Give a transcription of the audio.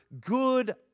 good